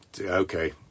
okay